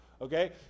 Okay